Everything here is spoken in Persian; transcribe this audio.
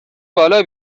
بالا